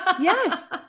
Yes